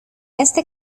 este